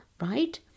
right